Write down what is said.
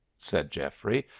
said geoffrey,